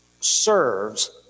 serves